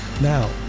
Now